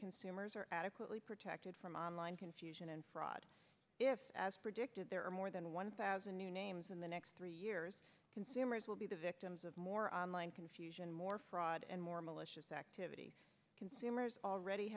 consumers are adequately protected from online confusion and fraud if as predicted there are more than one thousand new names in the next three years consumers will be the victims of more online confusion more fraud and more malicious activity consumers already